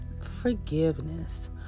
Forgiveness